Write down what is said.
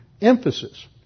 emphasis